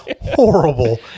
horrible –